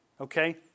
Okay